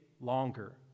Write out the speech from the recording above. longer